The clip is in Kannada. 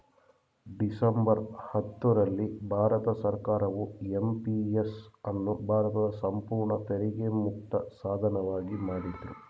ಡಿಸೆಂಬರ್ ಹತ್ತು ರಲ್ಲಿ ಭಾರತ ಸರ್ಕಾರವು ಎಂ.ಪಿ.ಎಸ್ ಅನ್ನು ಭಾರತದ ಸಂಪೂರ್ಣ ತೆರಿಗೆ ಮುಕ್ತ ಸಾಧನವಾಗಿ ಮಾಡಿದ್ರು